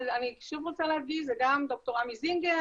אבל אני שוב רוצה להגיד שזה גם ד"ר עמי זינגר